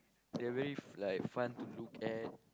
they are very f~ like fun to look at